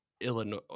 Illinois